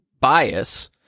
bias